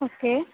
okay